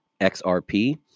XRP